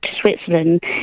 Switzerland